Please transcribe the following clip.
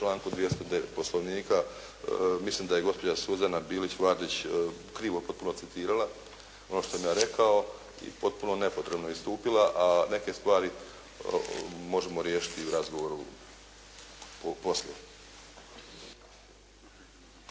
članku 209. Poslovnika, mislim da je gospođa Suzana Bilić Vardić krivo potpuno citirala ono što sam ja rekao i potpuno nepotrebno istupila, a neke stvari možemo riješiti i u razgovoru poslije.